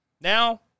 Now